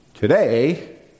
Today